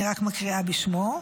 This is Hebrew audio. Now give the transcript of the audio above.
אני רק מקריאה בשמו,